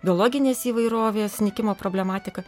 biologinės įvairovės nykimo problematiką